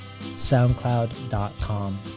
soundcloud.com